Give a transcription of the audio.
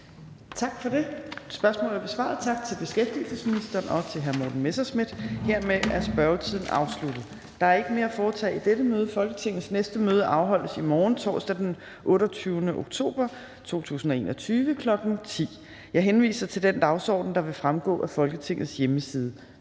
Tak for det. Spørgsmålet er besvaret. Tak til beskæftigelsesministeren og til hr. Morten Messerschmidt. Hermed er spørgetiden afsluttet. --- Kl. 16:00 Meddelelser fra formanden Tredje næstformand (Trine Torp): Der er ikke mere at foretage i dette møde. Folketingets næste møde afholdes i morgen, torsdag den 28. oktober 2021, kl. 10.00. Jeg henviser til den dagsorden, der vil fremgå af Folketingets hjemmeside.